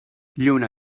lluna